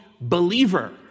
believer